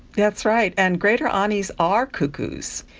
that's right, and greater anis are cuckoos.